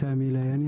סמי להיאני,